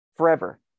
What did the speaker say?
Forever